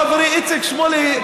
חברי איציק שמולי,